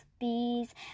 bees